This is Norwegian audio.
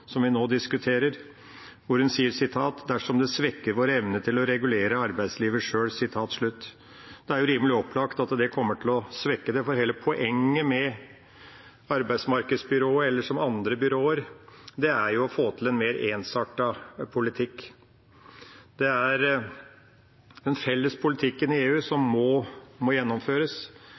som vi nå diskuterer. Hun sier: «hvis det svekker vår evne til å regulere arbeidslivet selv». Det er rimelig opplagt at det kommer til å svekke det, for hele poenget med arbeidsmarkedsbyråer eller andre byråer er å få til en mer ensartet politikk. Det er den felles politikken i EU som må gjennomføres,